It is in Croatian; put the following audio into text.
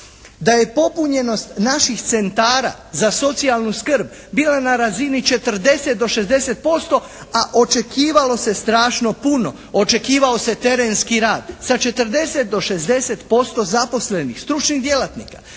Da je popunjenost naših centara za socijalnu skrb bila na razini od 40 do 60% a očekivalo se strašno puno, očekivao se terenski rad sa 40 do 60% zaposlenih stručnih djelatnika